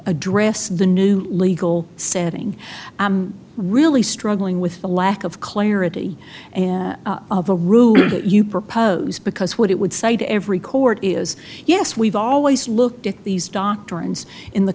address the new legal setting really struggling with the lack of clarity and the rule that you propose because what it would say to every court is yes we've always look these doctrines in the